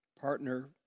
partner